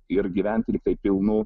ir gyventi tiktai pilnų